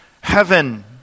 heaven